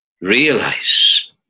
Realize